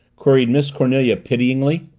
queried miss cornelia pityingly.